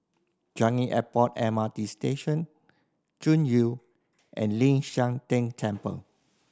Changi Airport M R T Station Chuan View and Ling San Teng Temple